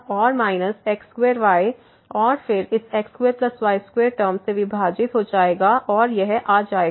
तो यह yx2y2 हो जाएगा और माइनस x2y और फिर इस x2y2 टर्म से विभाजित हो जाएगा और यह आ जाएगा